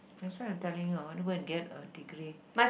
that's what telling you I want to go and get a degree